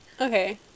Okay